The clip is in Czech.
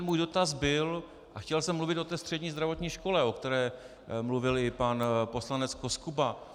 Můj dotaz byl, a chtěl jsem mluvit o střední zdravotní škole, o které mluvil i pan poslanec Koskuba.